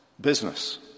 business